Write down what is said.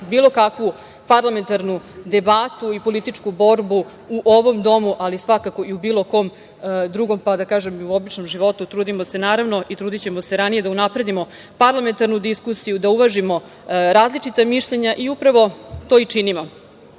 bilo kakvu parlamentarnu debatu i političku borbu u ovom domu, ali svakako i u bilo kom drugom, pa da kažem, i u običnom životu. Trudimo se i trudićemo se naravno da unapredimo parlamentarnu diskusiju, da uvažimo različita mišljenja i upravo to i činimo. Isto